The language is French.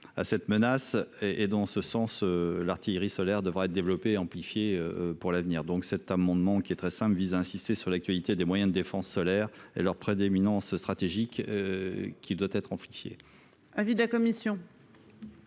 À cette menace et et dans ce sens. L'artillerie sol-air devraient être développé amplifié pour l'avenir. Donc cet amendement qui est très simple VISA insister sur l'actualité des moyens de défense sol-air et leur prédominance ce sera. Belgique. Qui doit être amplifié.